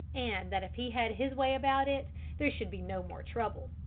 and that if he had his way about it there should be no more trouble.